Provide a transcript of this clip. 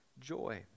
joy